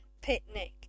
picnic